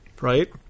right